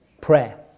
prayer